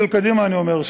של קדימה אני אומר,